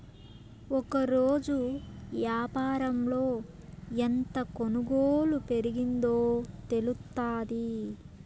ఒకరోజు యాపారంలో ఎంత కొనుగోలు పెరిగిందో తెలుత్తాది